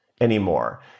anymore